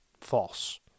False